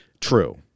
true